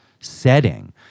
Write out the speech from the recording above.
setting